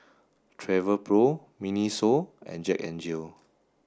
Travelpro Miniso and Jack N Jill